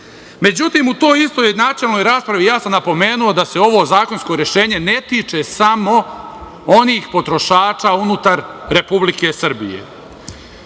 Srbije.Međutim u toj istoj načelnoj raspravi napomenuo sam da se ovo zakonsko rešenje ne tiče samo onih potrošača unutar Republike Srbije,